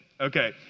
Okay